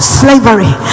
slavery